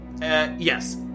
yes